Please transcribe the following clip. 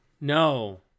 No